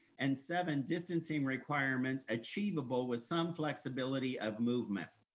and seven, distancing requirements achievable with some flexibility of movement.